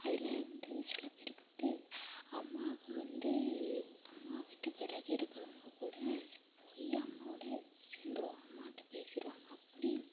அதில் வந்து சில பேருக்கு வந்து அம்மாவை வந்து அம்மாவை விட்டு விலகிருக்குறவங்க கூட போய் அம்மாவோடு சேந்திருவாங்க அம்மாகிட்ட பேசிடுவாங்க அப்படியும்